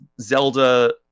Zelda